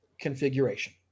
configuration